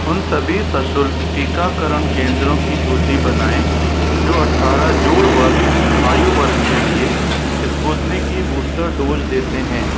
उन सभी सशुल्क टीकाकरण केंद्रों की सूची बनाएँ जो अठारह जोड़ वर्ष आयु वर्ग के लिए स्पूतनी की बूस्टर डोज़ देते हैं